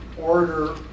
order